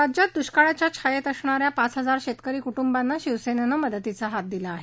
राज्यात दुष्काळाच्या छायेत असणा या पाच हजार शेतकरी कुटुंबाना शिवसेनेनं मदतीचा हात दिला आहे